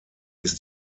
ist